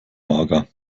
mager